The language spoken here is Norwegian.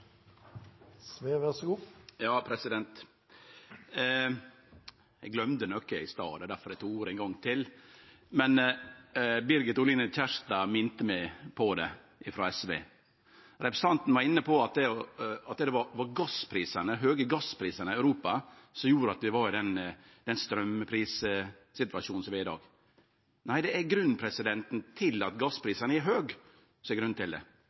ordet ein gong til. Representanten Birgit Oline Kjerstad, frå SV, minte meg på det. Ho var inne på at det var dei høge gassprisane i Europa som gjorde at vi er i den straumprissituasjonen vi er i i dag. Nei, det er grunnen til at gassprisane er høge, som er grunnen til det.